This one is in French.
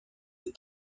ces